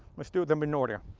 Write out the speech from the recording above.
let's do them in order.